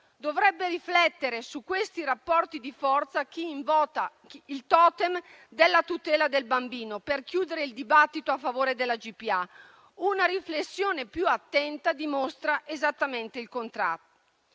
Dovrebbe riflettere su questi rapporti di forza chi invoca il totem della tutela del bambino per chiudere il dibattito a favore della GPA. Una riflessione più attenta dimostra esattamente il contrario.